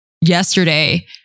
yesterday